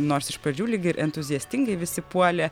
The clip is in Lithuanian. nors iš pradžių lyg ir entuziastingai visi puolė